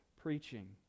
preaching